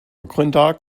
mcintosh